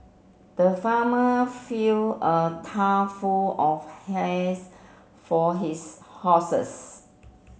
the farmer fill a full of hays for his horses